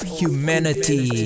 humanity